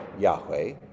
Yahweh